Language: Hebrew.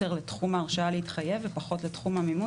לתחום ההרשאה להתחייב ופחות לתחום המימון,